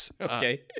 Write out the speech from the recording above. Okay